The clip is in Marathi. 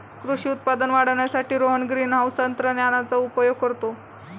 कृषी उत्पादन वाढवण्यासाठी रोहन ग्रीनहाउस तंत्रज्ञानाचा उपयोग करतो